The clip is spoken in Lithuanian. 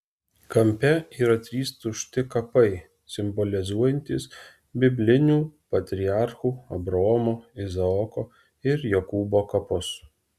kampe yra trys tušti kapai simbolizuojantys biblinių patriarchų abraomo izaoko ir jokūbo kapus